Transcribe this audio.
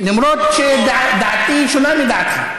שדעתי שונה מדעתך.